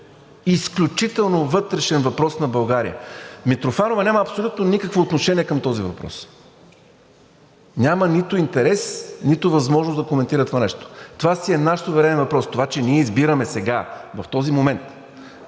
изключително вътрешен въпрос на България. Митрофанова няма абсолютно никакво отношение към този въпрос. Няма нито интерес, нито възможност да коментира това нещо. Това си е наш суверенен въпрос. Това че ние избираме сега, в този момент,